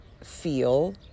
feel